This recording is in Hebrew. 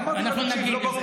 אמרתי לך,